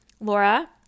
laura